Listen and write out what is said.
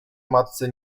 matce